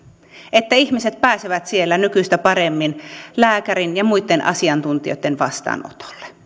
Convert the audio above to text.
että ihmiset pääsevät siellä nykyistä paremmin lääkärin ja muitten asiantuntijoitten vastaanotolle